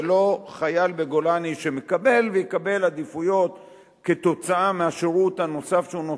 ולא חייל בגולני שמקבל ויקבל עדיפויות כתוצאה מהשירות הנוסף שהוא נותן,